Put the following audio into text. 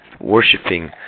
worshipping